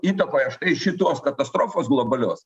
įtakoje štai šitos katastrofos globalios